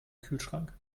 kühlschrank